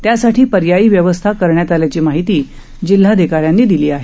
त्यासाठी पर्यायी व्यवस्था करण्यात आल्याची माहिती जिल्हाधिकाऱ्यांनी दिली आहे